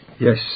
Yes